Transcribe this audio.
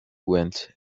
went